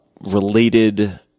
related